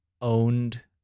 owned